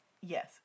Yes